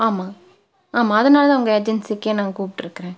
ஆமாங்க ஆ ஆமாம் அதனால் தான் உங்கள் ஏஜென்சிக்கே நான் கூப்பிட்ருக்குறேன்